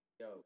Yo